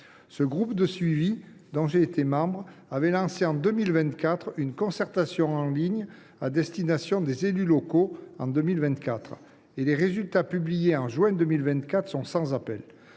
Ce groupe de suivi, dont j’ai été membre, avait lancé en 2024 une concertation en ligne à destination des élus locaux. Les résultats, publiés en juin 2024, sont sans appel